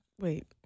Wait